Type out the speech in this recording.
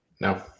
No